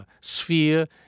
sphere